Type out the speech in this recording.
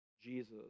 Jesus